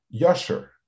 yasher